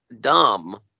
dumb